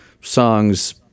songs